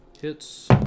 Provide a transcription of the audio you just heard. Hits